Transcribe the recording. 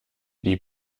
die